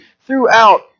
throughout